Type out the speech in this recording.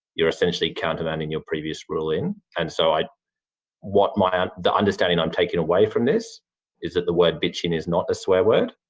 you're essentially countermanding your previous ruling and so i what my um the understanding i'm taking away from this is that the word bitching is not a swearword